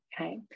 Okay